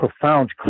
profound